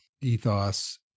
ethos